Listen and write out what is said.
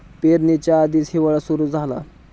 पेरणीच्या आधीच हिवाळा सुरू झाला